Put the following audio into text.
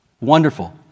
Wonderful